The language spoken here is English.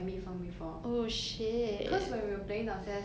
like last time we we like to play 捉迷藏 that kind of thing [what]